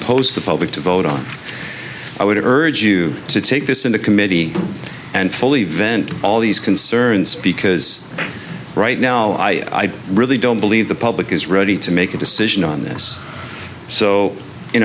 posed the public to vote on i would urge you to take this into committee and fully vent all these concerns because right now i really don't believe the public is ready to make a decision on this so you